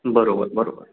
बरोबर बरोबर